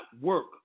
work